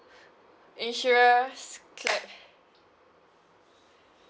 insurance clap